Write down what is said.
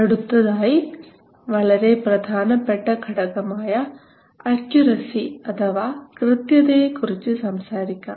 അടുത്തതായി വളരെ പ്രധാനപ്പെട്ട ഘടകമായ അക്യുറസി അഥവാ കൃത്യതയെക്കുറിച്ച് സംസാരിക്കാം